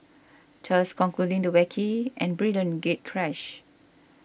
thus concluding the wacky and brilliant gatecrash